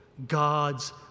God's